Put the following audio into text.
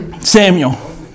Samuel